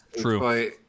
True